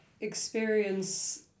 experience